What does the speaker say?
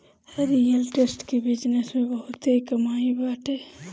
real estate के business में बहुते कमाई बाटे